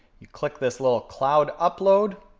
you click this little cloud upload.